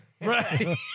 Right